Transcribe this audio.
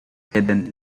hidden